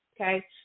okay